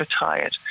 retired